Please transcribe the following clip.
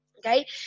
Okay